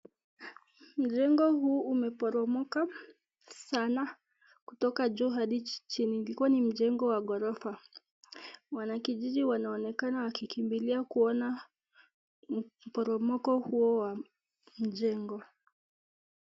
Mjengo huu umeporomoka sana kutoka juu hadi chini, ilikuwa ni mjengo wa ghorofa, wanakijiji wanaonekana wakikimbilia kuona mporomoko huo wa mjengo.